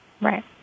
Right